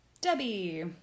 Debbie